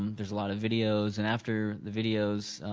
there're a lot of videos. and after the videos,